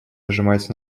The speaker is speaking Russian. нажимать